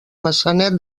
maçanet